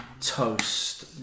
toast